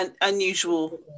unusual